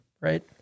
Right